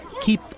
keep